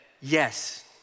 yes